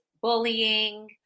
bullying